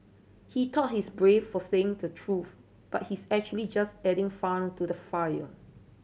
he thought he's brave for saying the truth but he's actually just adding fuel to the fire